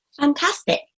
fantastic